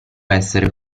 essere